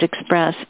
express